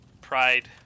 pride